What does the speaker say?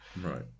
Right